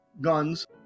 guns